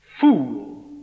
fool